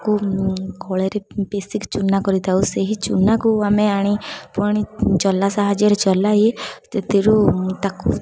ତାକୁ କଳରେ ପିଷିକି ଚୁନା କରିଥାଉ ସେହି ଚୁନାକୁ ଆମେ ଆଣି ଚଲା ସାହାଯ୍ୟରେ ଚଳାଇ ସେଥିରୁ ତାକୁ ତାକୁ